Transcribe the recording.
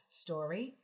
story